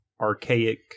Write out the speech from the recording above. archaic